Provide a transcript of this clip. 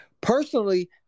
Personally